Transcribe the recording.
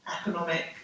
economic